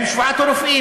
מפאת כבוד הכנסת.